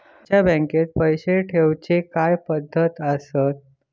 तुमच्या बँकेत पैसे ठेऊचे काय पद्धती आसत?